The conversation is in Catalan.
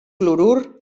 clorur